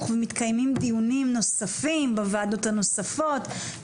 ומתקיימים דיונים נוספים בוועדות הנוספות,